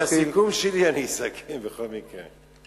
את הסיכום שלי אני אסכם בכל מקרה.